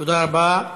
תודה רבה.